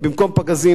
במקום פגזים,